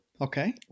Okay